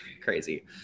Crazy